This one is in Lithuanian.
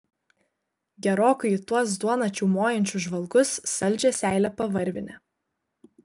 gerokai į tuos duoną čiaumojančius žvalgus saldžią seilę pavarvinę